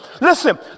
Listen